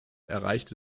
erreichte